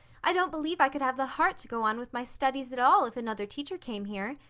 i don't believe i could have the heart to go on with my studies at all if another teacher came here.